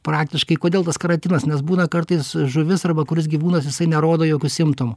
praktiškai kodėl tas karantinas nes būna kartais žuvis arba kuris gyvūnas jisai nerodo jokių simptomų